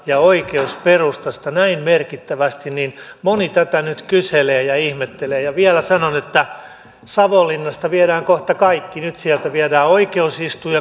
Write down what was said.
ja oikeusperustasta näin merkittävästi moni tätä nyt kyselee ja ihmettelee ja vielä sanon että savonlinnasta viedään kohta kaikki nyt sieltä viedään oikeusistuin